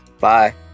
Bye